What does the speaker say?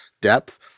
depth